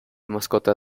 mascota